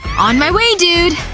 on my way, dude!